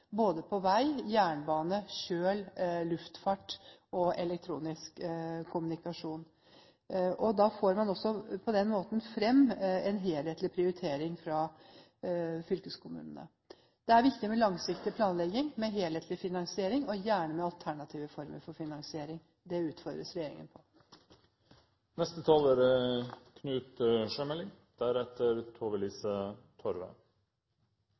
vei, jernbane, sjø, luftfart og elektronisk kommunikasjon. På den måten får man fram en helhetlig prioritering fra fylkeskommunene. Det er viktig med langsiktig planlegging, med helhetlig finansiering og gjerne med alternative former for finansiering. Det utfordres regjeringen